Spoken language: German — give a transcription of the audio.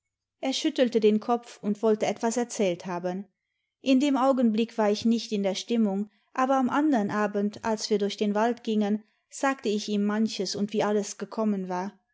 er schüttelte den kopf und wollte etwas erzählt haben in dem augenblick war ich nicht in der stimmung aber am anderen abend als wir durch den wald gingen sagte ich ihm manches und wie alles gekonmien war